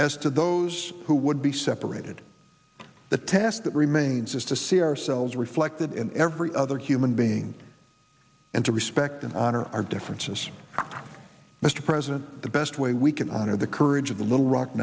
as to those who would be separated the test that remains is to see ourselves reflected in every other human being and to respect and honor our differences mr president the best way we can honor the courage of the little rock